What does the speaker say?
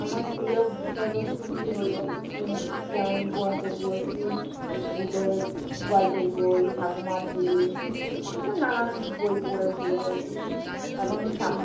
আমার প্রিয় বিষয়বস্তুগুলি হলো যেমন ব্যোমকেশ বক্সী ভূতের গল্পের বই ঠাকুমার ঝুলি এসব নানান বই পড়েছি হয়েছি এখন সাম